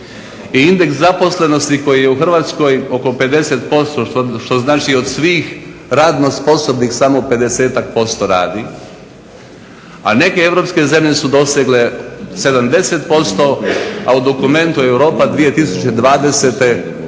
indeks zaposlenosti koji je u Hrvatskoj oko 50% što znači od svih radno sposobnih samo 50-tak posto radi a neke europske zemlje su dosegle 70% a u dokumentu Europa 2020.